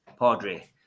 padre